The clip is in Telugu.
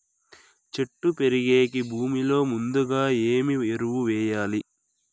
చెట్టు పెరిగేకి భూమిలో ముందుగా ఏమి ఎరువులు వేయాలి?